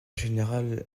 général